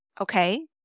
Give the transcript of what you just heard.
Okay